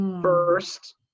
First